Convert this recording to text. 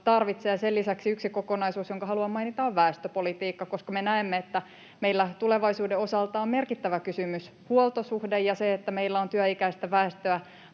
tarvitsee. Sen lisäksi yksi kokonaisuus, jonka haluan mainita, on väestöpolitiikka, koska me näemme, että meillä tulevaisuuden osalta merkittävä kysymys on huoltosuhde ja se, että meillä on työikäistä väestöä